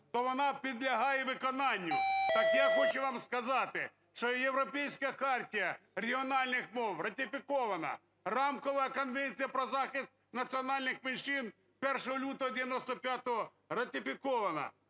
то вона підлягає виконанню. Так я хочу вам сказати, що і Європейська хартія регіональних мов ратифікована, Рамкова конвенція про захист національних меншин 1 лютого 95-го ратифікована,